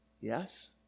yes